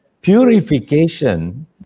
purification